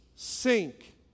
sink